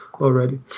already